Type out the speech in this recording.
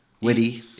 witty